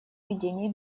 ведения